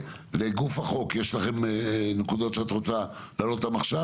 לגוף החוק יש לכם נקודות שאת רוצה להעלות עכשיו